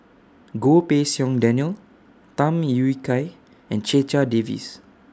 Goh Pei Siong Daniel Tham Yui Kai and Checha Davies